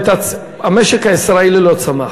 המשק הישראלי כמעט לא צמח.